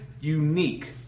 unique